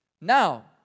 Now